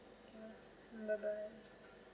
bye bye